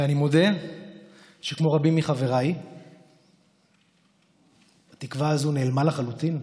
ואני מודה שכמו אצל רבים מחבריי התקווה הזו נעלמה לחלוטין.